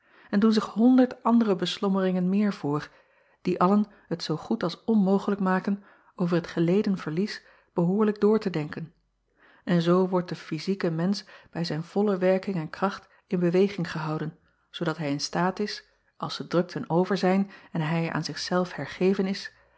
en doen zich honderd andere beslommeringen meer voor die allen t zoo goed als onmogelijk maken over het geleden verlies behoorlijk door te denken en zoo wordt de fyzieke mensch bij zijn volle werking en kracht in beweging gehouden zoodat hij in staat is als de drukten over zijn en hij aan zich zelf hergeven is